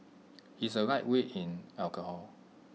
he is A lightweight in alcohol